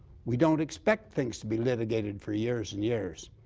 we don't expect things to be litigated for years and years.